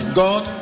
god